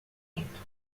muito